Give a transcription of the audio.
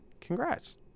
Congrats